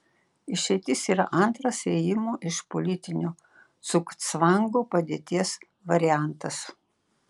išeitis yra antras ėjimo iš politinio cugcvango padėties variantas